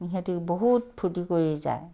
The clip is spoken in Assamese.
সিহঁতি বহুত ফূৰ্তি কৰি যায়